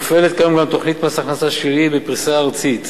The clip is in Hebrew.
מופעלת היום גם תוכנית מס הכנסה שלילי בפריסה ארצית.